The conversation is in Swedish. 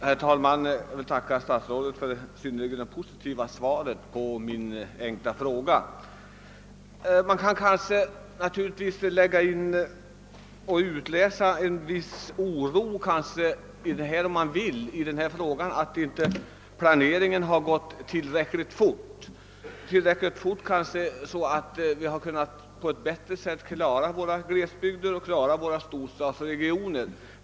Herr talman! Jag tackar statsrådet för det synnerligen positiva svaret på min enkla fråga. Ur min fråga kan naturligtvis utläsas en viss oro för att planeringen inte gått tillräckligt fort för att vi på ett riktigt sätt skulle kunna lösa problemen i glesbygder och storstadsregioner.